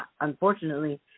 unfortunately